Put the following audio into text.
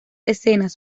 escenas